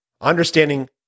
understanding